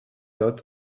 dot